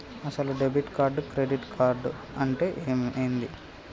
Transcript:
అసలు debit card credit card అంటే ఏంది?